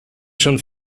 schon